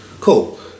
Cool